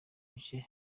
bice